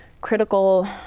critical